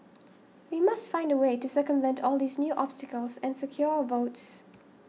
we must find a way to circumvent all these new obstacles and secure our votes